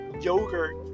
yogurt